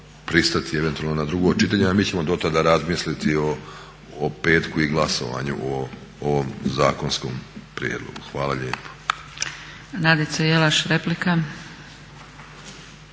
pristati eventualno na drugo čitanje. A mi ćemo dotada razmisliti o petku i glasovanju o ovom zakonskom prijedlogu. Hvala lijepo.